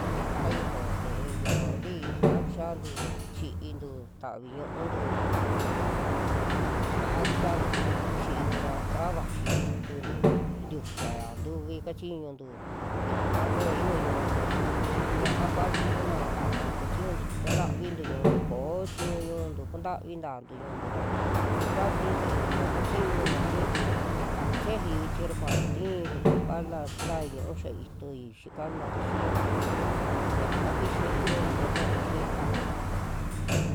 Ta yojo kii, yojo abri saa kixiantu chiintu, tavi ñuu'ntu saa kixiantu ku chintu ra saa vaxi ituntu tiutiaya ntuvi kachiñuntu yaka kua yio ñu'untu, suu nii ña'á kuali kuna kuaantu kachiñuntu chi kuntavintu ñu'untu, koo chiñu ñu'untu kuntavi ntantu ñu'untu ra ni kuali se'entu ra kachiñuna xi'intu, kuchei vichi ra kuai tiiyu loo pala santai ñu'u xia itui kana ntixi yiaxiyu, yaka kixai yo'oi nta'tui xi'into.